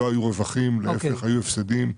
היו הפסדים.